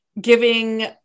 giving